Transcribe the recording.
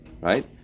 right